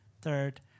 Third